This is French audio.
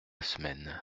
semaine